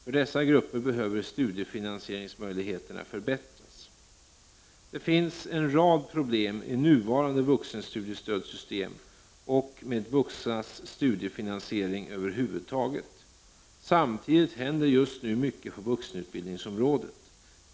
För dessa grupper behöver studiefinansieringsmöjligheterna förbättras. Det finns en rad problem i nuvarande vuxenstudiestödssystem och med vuxnas studiefinansiering över huvud taget. Samtidigt händer just nu mycket på vuxenutbildningsområdet.